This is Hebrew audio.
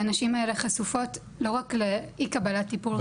והנשים האלה חשופות לא רק לאי קבלת טיפול רפואי.